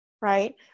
right